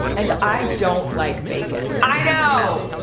and i don't like bacon. i know,